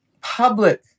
public